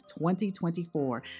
2024